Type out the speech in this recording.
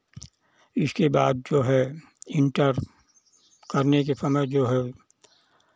इसके बाद जो है इंटर करने के समय जो है